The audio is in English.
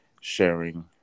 sharing